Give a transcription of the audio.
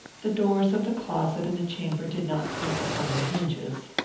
the doors of the closet and the chamber did not creak upon their hinges.